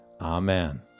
Amen